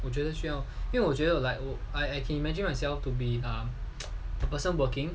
我觉得需要因为我觉得 like I I can imagine myself to be I'm the person working